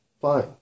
fine